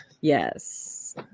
yes